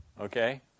Okay